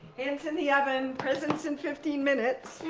in in the oven, presents in fifteen minutes.